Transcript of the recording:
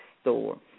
store